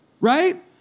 right